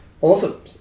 awesome